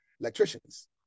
electricians